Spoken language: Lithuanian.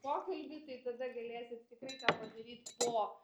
pokalbį tai tada galėsit tikrai tą padaryt po